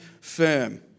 firm